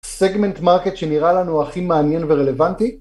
סגמנט מרקט שנראה לנו הכי מעניין ורלוונטי.